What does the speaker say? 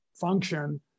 function